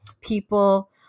people